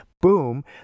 Boom